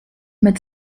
mit